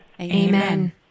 Amen